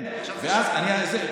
עכשיו זה שנה.